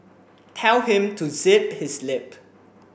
tell him to zip his lip